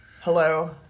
Hello